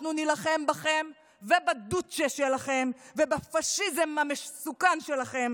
אנחנו נילחם בכם ובדוצ'ה שלכם ובפשיזם המסוכן שלכם,